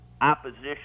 opposition